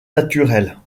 naturelles